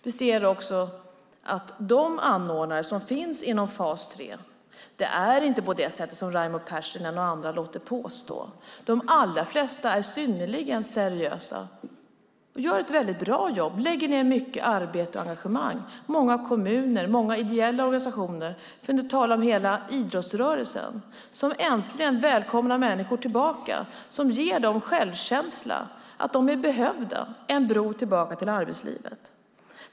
Vi ser också att de anordnare som finns inom fas 3 inte är som Raimo Pärssinen och andra påstår. De allra flesta är synnerligen seriösa, gör ett väldigt bra jobb och lägger ned mycket arbete och engagemang. Det handlar om många kommuner och ideella organisationer, för att inte tala om hela idrottsrörelsen, som äntligen välkomnar människor tillbaka och ger dem självkänsla, en känsla av att de är behövda - en bro tillbaka till arbetslivet.